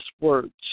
words